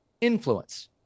influence